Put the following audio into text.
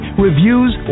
reviews